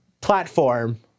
platform